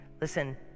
Listen